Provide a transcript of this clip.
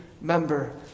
member